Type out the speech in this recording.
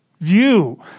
view